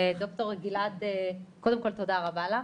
תודה רבה לך.